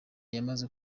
yamaze